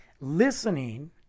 listening